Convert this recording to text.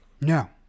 no